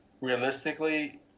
realistically